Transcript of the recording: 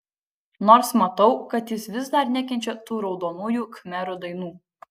nors matau kad jis vis dar nekenčia tų raudonųjų khmerų dainų